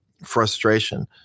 frustration